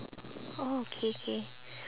orh K K